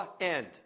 end